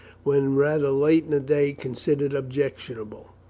when rather late in the day, considered objectionable.